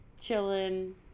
chilling